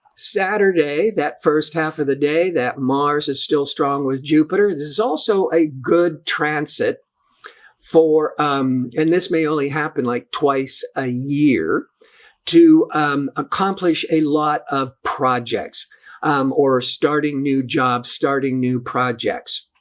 saturday that first half of the day that mars is still strong with jupiter is is also a good transit for um. and this may only happen like twice a year to um accomplish a lot of projects um or starting new jobs starting new projects.